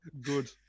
Good